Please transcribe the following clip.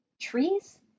trees